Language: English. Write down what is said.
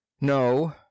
No